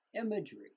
imagery